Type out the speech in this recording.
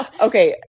Okay